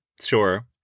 Sure